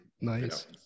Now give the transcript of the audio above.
Nice